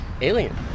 Alien